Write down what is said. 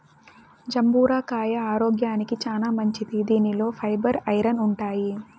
జంబూర కాయ ఆరోగ్యానికి చానా మంచిది దీనిలో ఫైబర్, ఐరన్ ఉంటాయి